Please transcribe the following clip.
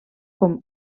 com